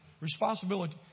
responsibility